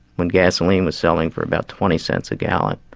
when gasoline was selling for about twenty cents a gallon.